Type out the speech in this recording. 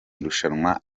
irushanwa